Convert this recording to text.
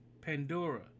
Pandora